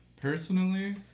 Personally